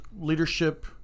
leadership